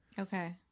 Okay